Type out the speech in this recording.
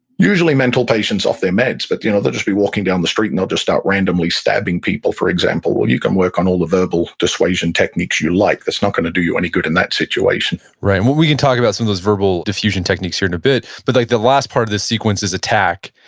usually mental patients off their meds, but you know they'll just be walking down the street and they'll just start randomly stabbing people, for example. well, you can work on all the verbal dissuasion techniques you like, that's not going to do you any good in that situation right. we can talk about some of those verbal defusion techniques here in a bit. but the the last part of the sequence is attack,